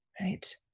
right